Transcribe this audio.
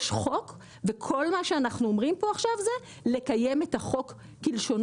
יש חוק וכל מה שאנחנו אומרים פה עכשיו זה לקיים את החוק כלשונו,